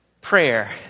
Prayer